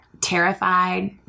terrified